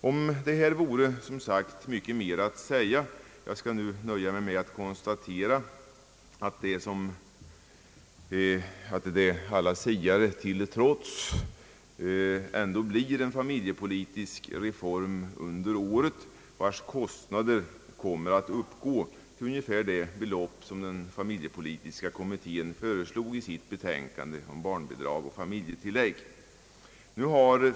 Om detta vore mycket mer att säga, men jag skall nöja mig med att konstatera att det, alla siare till trots, ändå blir en familjepolitisk reform under året. Kostnaderna kommer att uppgå till ungefär det belopp, som den familjepolitiska kommittén föreslog i sitt betänkande om barnbidrag och familjetillägg.